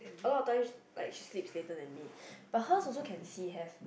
a lot of time like she sleep later than me but her also can see have